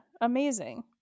amazing